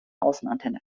außenantenne